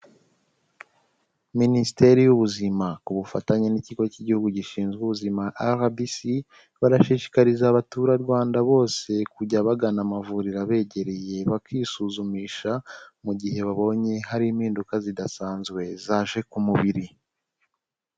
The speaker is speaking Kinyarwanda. Minisiteri y'ubuzima ku bufatanye n'ikigo cy'igihugu gishinzwe ubuzima RBC, barashishikariza abaturarwanda bose kujya bagana amavuriro abegereye bakisuzumisha, mu gihe babonye hari impinduka zidasanzwe zaje ku mubiri.